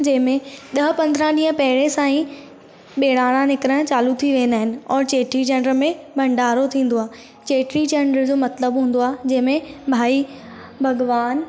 जंहिंमें ॾह पंद्राहं ॾींहं पहिरें सां ई बहिराणा निकिरणु चालू थी वेंदा आहिनि और चेटी चंड में भंडारो थींदो आहे चेटी चंड जो मतिलबु हूंदो आहे जंहिंमें भाई भॻवानु